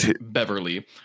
beverly